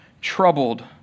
troubled